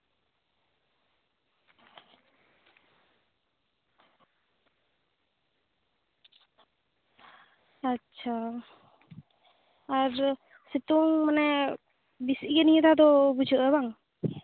ᱟᱪᱪᱷᱟ ᱟᱨ ᱥᱤᱛᱩᱝ ᱢᱟᱱᱮ ᱵᱤᱥᱤ ᱤᱭᱟᱹ ᱱᱤᱭᱟᱹ ᱫᱷᱟᱣ ᱫᱚ ᱵᱩᱡᱷᱟᱹᱜᱼᱟ ᱵᱟᱝ